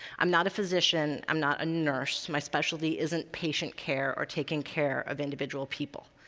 i'm not physician. i'm not a nurse. my specialty isn't patient care or taking care of individual people.